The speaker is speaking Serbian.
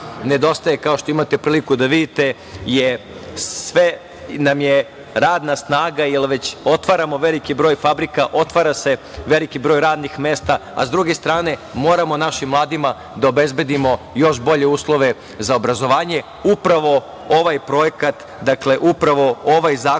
kao što imate priliku da vidite, je radna snaga, jer već otvaramo veliki broj fabrika, otvara se veliki broj radnih mesta, a sa druge strane moramo našim mladima da obezbedimo još bolje uslove za obrazovanje. Upravo ovaj projekat, dakle, upravo ovaj zakon